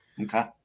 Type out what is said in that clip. Okay